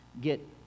get